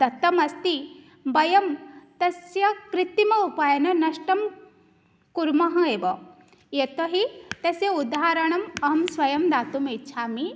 दत्तमस्ति वयं तस्य कृत्रिम उपायेन नष्टं कुर्मः एव यतो हि तस्य उदाहरणम् अहं स्वयं दातुमिच्छामि